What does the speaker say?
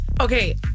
okay